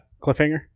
cliffhanger